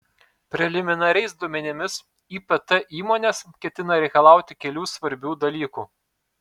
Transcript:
preliminariais duomenimis ipt įmonės ketina reikalauti kelių svarbių dalykų